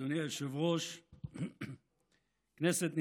אדוני היושב-ראש, כנסת נכבדה,